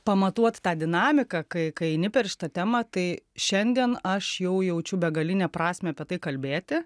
pamatuot tą dinamiką kai kai eini per šitą temą tai šiandien aš jau jaučiu begalinę prasmę apie tai kalbėti